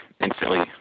instantly